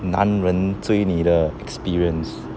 男人追妳的 experience